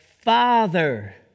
Father